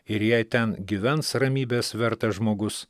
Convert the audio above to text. ir jei ten gyvens ramybės vertas žmogus